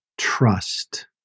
trust